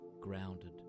grounded